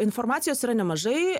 informacijos yra nemažai